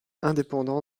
indépendant